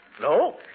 no